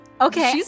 okay